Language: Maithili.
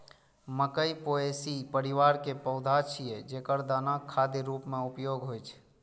मकइ पोएसी परिवार के पौधा छियै, जेकर दानाक खाद्य रूप मे उपयोग होइ छै